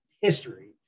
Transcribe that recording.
history